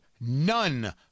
none